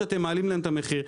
שאתם מעלים להם את המחיר.